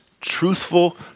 truthful